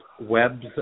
webs